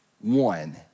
one